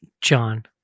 john